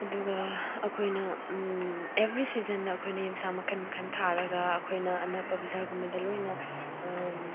ꯑꯗꯨꯒ ꯑꯩꯈꯣꯏꯅ ꯑꯦꯚ꯭ꯔꯤ ꯁꯤꯖꯟꯗ ꯑꯩꯈꯣꯏꯅ ꯑꯦꯟꯁꯥꯡ ꯃꯈꯜ ꯃꯈꯜ ꯊꯥꯔꯒ ꯑꯩꯈꯣꯏꯅ ꯑꯅꯛꯄ ꯕꯖꯥꯔꯒꯨꯝꯕꯗ ꯂꯣꯏꯅ